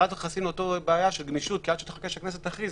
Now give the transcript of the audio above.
אבל אז אנחנו נכנסים לאותה בעיה של גמישות כי עד שתחכה שהכנסת תכריז,